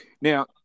Now